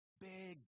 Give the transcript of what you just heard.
big